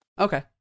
Okay